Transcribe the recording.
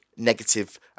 negative